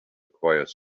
acquire